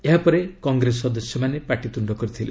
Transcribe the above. ଏହାପରେ କଂଗ୍ରେସ ସଦସ୍ୟମାନେ ପାଟିତୁଣ୍ଡ କରିଥିଲେ